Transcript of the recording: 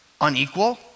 unequal